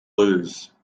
lose